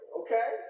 okay